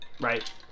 right